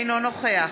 אינו נוכח